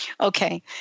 Okay